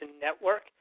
Network